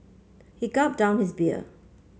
he gulped down his beer